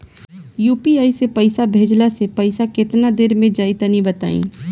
UPI से पईसा भेजलाऽ से पईसा केतना देर मे जाई तनि बताई?